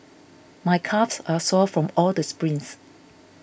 my calves are sore from all the sprints